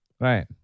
right